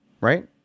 right